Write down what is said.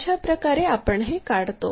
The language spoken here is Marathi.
अशा प्रकारे आपण हे काढतो